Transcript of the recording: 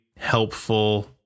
helpful